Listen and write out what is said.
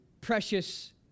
precious